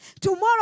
tomorrow